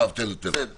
יואב, תן לו, תן לו.